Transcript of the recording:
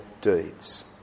deeds